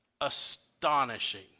astonishing